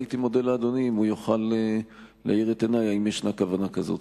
הייתי מודה לאדוני אם הוא יוכל להאיר את עיני אם ישנה כוונה כזאת.